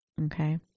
Okay